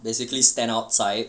basically stand outside